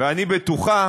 ואני בטוחה